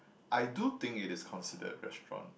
I do think it is considered a restaurant